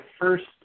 first